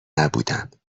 نبودم